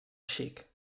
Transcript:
xic